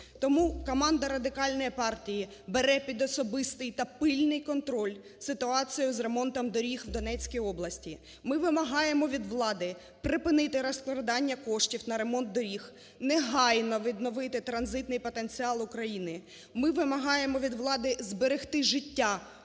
Тому команда Радикальної партії бере під особистий та пильний контроль ситуацію з ремонтом доріг в Донецькій області. Ми вимагаємо від влади припинити розкрадання коштів на ремонт доріг, негайно відновити транзитний потенціал України. Ми вимагаємо від влади зберегти життя та